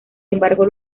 embargo